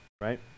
Right